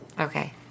Okay